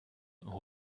who